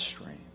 stream